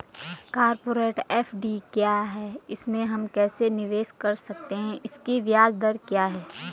Corporate FD क्या है इसमें हम कैसे निवेश कर सकते हैं इसकी ब्याज दर क्या है?